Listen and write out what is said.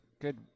good